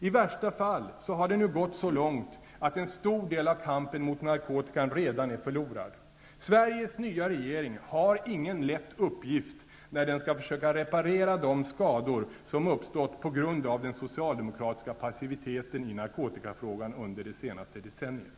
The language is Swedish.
I värsta fall har det nu gått så långt att en stor del av kampen mot narkotikan redan är förlorad. Sveriges nya regering har ingen lätt uppgift när den skall försöka reparera de skador som uppstått på grund av den socialdemokratiska passiviteten i narkotikafrågan under det senaste decenniet.